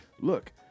look